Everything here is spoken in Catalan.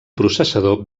processador